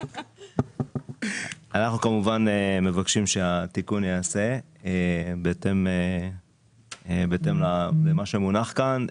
אנחנו כמובן מבקשים שהתיקון ייעשה בהתאם למה שמונח כאן.